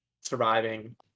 surviving